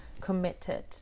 committed